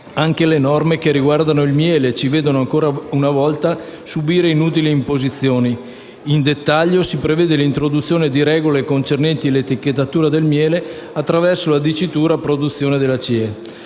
sono le norme che riguardano il miele, che ci vedono ancora una volta subire inutili imposizioni. Nel dettaglio, si prevede l'introduzione di regole concernenti l'etichettatura del miele attraverso la dicitura: produzione della CE.